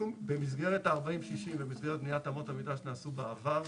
במסגרת ה-40-60 ובמסגרת בניית אמות המידה שנעשו בעבר